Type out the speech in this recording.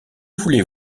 voulez